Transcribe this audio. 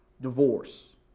divorce